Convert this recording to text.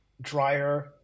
drier